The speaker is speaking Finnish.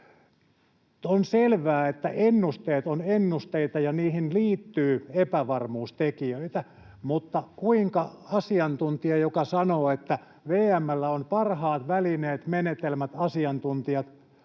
On selvää, että ennusteet ovat ennusteita ja niihin liittyy epävarmuustekijöitä, mutta kuinka asiantuntija, joka sanoo, että VM:llä on parhaat välineet, menetelmät, asiantuntijat,